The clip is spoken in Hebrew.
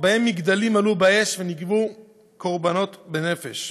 שבהן מגדלים עלו באש ונגבו קורבנות בנפש.